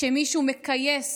שמישהו מכייס,